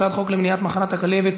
הצעת חוק למניעת מחלת הכלבת,